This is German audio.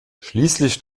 schließlich